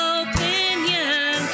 opinion